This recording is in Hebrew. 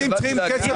הוא